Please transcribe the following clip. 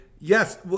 yes